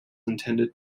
intended